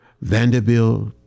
Vanderbilt